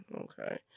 okay